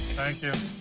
thank you. i